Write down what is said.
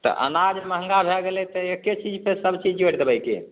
तऽ अनाज महँगा भए गेलै तऽ एकै चीज पे सभचीज जोड़ि देबै की